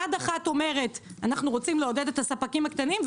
יד אחת אומרת אנחנו רוצים לעודד את הספקים הקטנים,